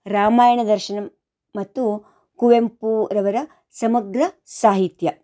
ರಾಮಾಯಣ ದರ್ಶನಂ ಮತ್ತು ಕುವೆಂಪುರವರ ಸಮಗ್ರ ಸಾಹಿತ್ಯ